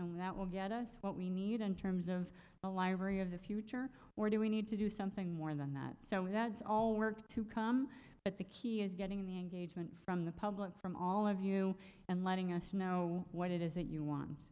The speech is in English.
and that will get us what we need in terms of a library of the future or do we need to do something more than that so that's all work to come but the key is getting the engagement from the public from all of you and letting us know what it is that you want